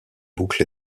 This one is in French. boucles